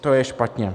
To je špatně.